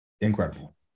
incredible